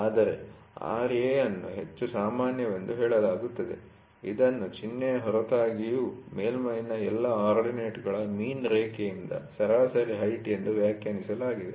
ಆದರೆ Ra ಅನ್ನು ಹೆಚ್ಚು ಸಾಮಾನ್ಯವೆಂದು ಹೇಳಲಾಗುತ್ತದೆ ಇದನ್ನು ಚಿಹ್ನೆಯ ಹೊರತಾಗಿಯೂ ಮೇಲ್ಮೈ'ನ ಎಲ್ಲಾ ಆರ್ಡಿನೇಟ್ಗಳ ಮೀನ್ ರೇಖೆಯಿಂದ ಸರಾಸರಿ ಹೈಟ್ ಎಂದು ವ್ಯಾಖ್ಯಾನಿಸಲಾಗಿದೆ